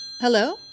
Hello